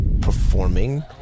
performing